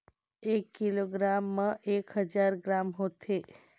एक किलोग्राम म एक हजार ग्राम होथे